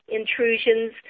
intrusions